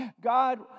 God